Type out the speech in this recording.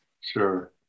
sure